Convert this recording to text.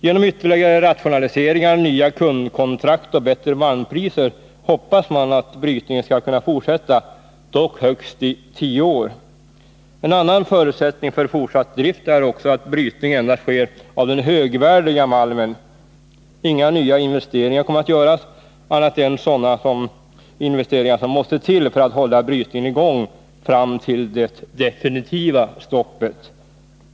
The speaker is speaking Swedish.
Genom ytterligare rationaliseringar, nya kundkontrakt och bättre malmpriser hoppas man att brytningen skall kunna fortsätta, dock högst i tio år. En annan förutsättning för fortsatt drift är att brytning endast sker av den högvärdiga malmen. Inga nya investeringar kommer att göras annat än sådana investeringar som måste till för att hålla brytningen i gång fram till det definitiva stoppet.